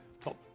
top